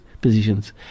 positions